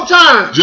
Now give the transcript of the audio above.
time